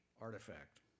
artifact